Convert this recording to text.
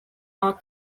are